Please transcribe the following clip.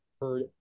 heard